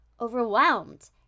overwhelmed